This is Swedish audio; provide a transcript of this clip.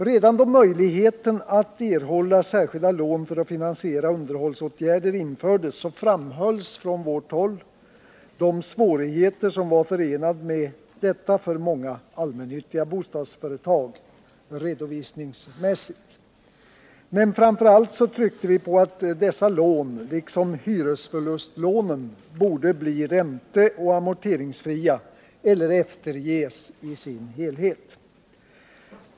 Redan då möjligheten att erhålla särskilda lån för att finansiera underhållsåtgärder infördes framhölls från vårt håll de svårigheter som redovisningsmässigt var förenade med detta för många allmännyttiga bostadsföretag. Men framför allt tryckte vi på att dessa lån, liksom hyresförlustlånen, borde bli ränteoch amorteringsfria eller efterges i sin helhet.